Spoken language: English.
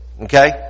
okay